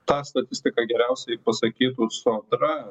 tą statistiką geriausiai pasakytų sodra